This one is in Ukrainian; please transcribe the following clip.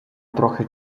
трохи